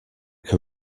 can